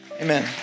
Amen